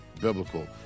biblical